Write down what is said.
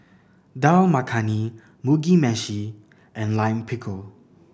Dal Makhani Mugi Meshi and Lime Pickle